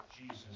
Jesus